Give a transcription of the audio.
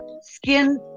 Skin